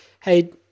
hey